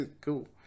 Cool